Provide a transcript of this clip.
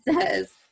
says